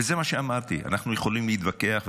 וזה מה שאמרתי: אנחנו יכולים להתווכח,